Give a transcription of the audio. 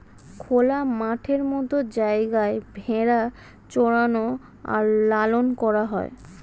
খোলা মাঠের মত জায়গায় ভেড়া চরানো আর লালন করা হয়